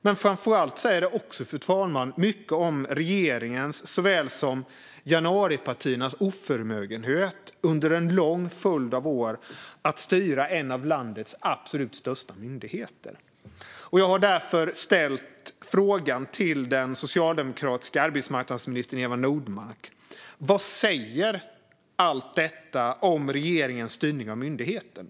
Men framför allt säger det, fru talman, mycket om såväl regeringens som januaripartiernas oförmögenhet under en lång följd av år att styra en av landets absolut största myndigheter. Jag har därför ställt frågan till den socialdemokratiska arbetsmarknadsministern Eva Nordmark om vad allt detta säger om regeringens styrning av myndigheten.